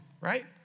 right